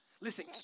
Listen